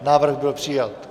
Návrh byl přijat.